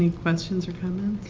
um questions or comments?